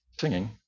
singing